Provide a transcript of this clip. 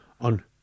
on